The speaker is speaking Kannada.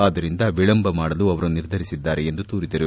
ಆದ್ದರಿಂದ ವಿಳಂಬ ಮಾಡಲು ಅವರು ನಿರ್ಧರಿಸಿದ್ದಾರೆ ಎಂದು ದೂರಿದರು